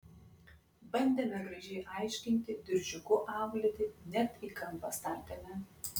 bandėme gražiai aiškinti diržiuku auklėti net į kampą statėme